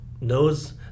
knows